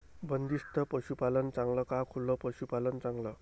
बंदिस्त पशूपालन चांगलं का खुलं पशूपालन चांगलं?